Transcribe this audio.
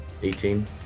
18